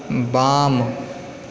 बाम